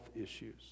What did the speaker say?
issues